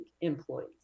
employees